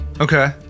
okay